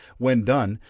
when done,